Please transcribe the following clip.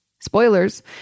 spoilers